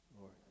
lord